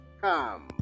come